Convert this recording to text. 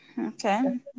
Okay